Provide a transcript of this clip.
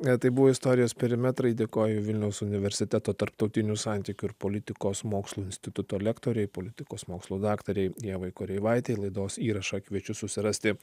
gal tai buvo istorijos perimetrai dėkoju vilniaus universiteto tarptautinių santykių ir politikos mokslų instituto lektorė politikos mokslų daktarė ievai kareivaitei laidos įrašą kviečiu susirasti